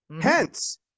Hence